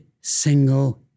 single